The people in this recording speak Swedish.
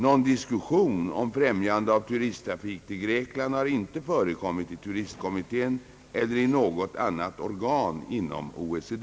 Någon diskussion om främjande av turisttrafik till Grekland har inte förekommit i turistkommittén eller i något annat organ inom OECD.